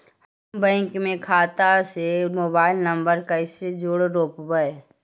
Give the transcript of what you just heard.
हम बैंक में खाता से मोबाईल नंबर कैसे जोड़ रोपबै?